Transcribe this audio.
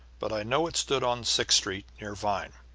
but i know it stood on sixth street, near vine,